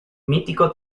mítico